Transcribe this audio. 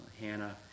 hannah